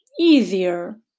easier